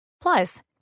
Plus